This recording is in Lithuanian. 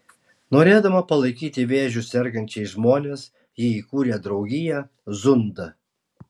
norėdama palaikyti vėžiu sergančiais žmones ji įkūrė draugiją zunda